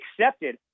accepted